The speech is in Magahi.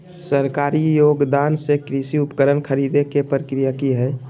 सरकारी योगदान से कृषि उपकरण खरीदे के प्रक्रिया की हय?